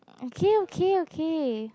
okay okay okay